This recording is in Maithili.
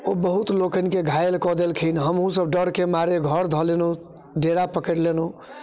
ओ बहुत लोकनिके घायल कऽ देलखिन हमहूँसभ डरके मारे घर धऽ लेलहुँ डेरा पकड़ि लेलहुँ